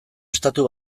estatu